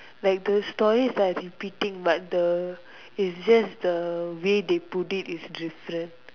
like the stories are repeating but the is just the way they put it is different